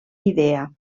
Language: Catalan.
idea